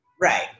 Right